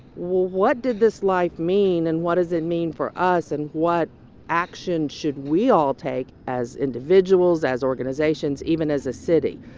what did this life mean? and what does it mean for us? and what action should we all take as individuals, as organizations, even as a city?